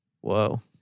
Whoa